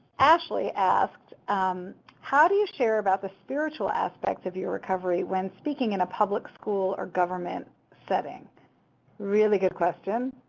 ashley asked how do you share about the spiritual aspect of your recovery when speaking in a public school or government setting. a really good question